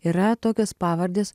yra tokios pavardės